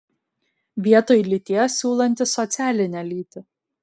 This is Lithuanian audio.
vietoj lyties siūlantis socialinę lytį